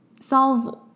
Solve